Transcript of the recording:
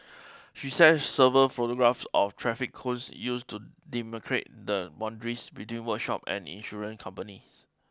she says several photographs of traffic cones used to demarcate the boundaries between workshop and insurance company